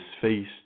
face